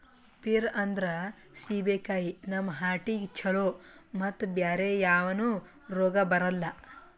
peer ಅಂದ್ರ ಸೀಬೆಕಾಯಿ ನಮ್ ಹಾರ್ಟಿಗ್ ಛಲೋ ಮತ್ತ್ ಬ್ಯಾರೆ ಯಾವನು ರೋಗ್ ಬರಲ್ಲ್